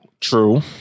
true